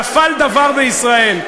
נפל דבר בישראל.